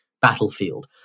battlefield